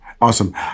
Awesome